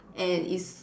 and is